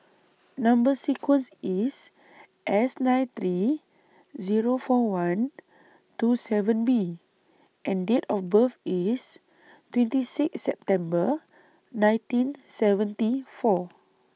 Number sequence IS S nine three Zero four one two seven B and Date of birth IS twenty six September nineteen seventy four